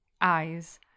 eyes